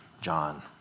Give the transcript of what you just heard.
John